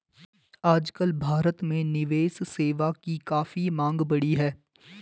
आजकल भारत में निवेश सेवा की काफी मांग बढ़ी है